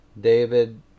David